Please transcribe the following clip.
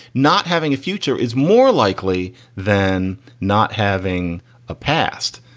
not having a future is more likely than not having a past.